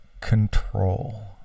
control